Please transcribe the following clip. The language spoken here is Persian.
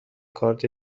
کارد